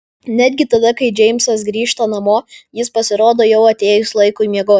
netgi tada kai džeimsas grįžta namo jis pasirodo jau atėjus laikui miegoti